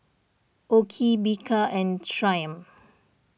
O Ki Bika and Triumph